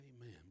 Amen